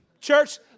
Church